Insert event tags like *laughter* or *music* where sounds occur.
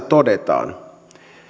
*unintelligible* todetaan